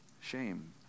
Shame